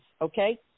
Okay